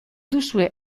duzue